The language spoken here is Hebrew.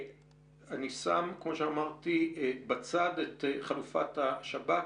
אני שם בצד את חלופת השב"כ,